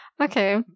okay